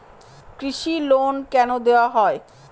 কৃষি লোন কেন দেওয়া হয়?